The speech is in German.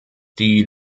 die